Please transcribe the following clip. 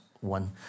one